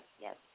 yes